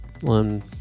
One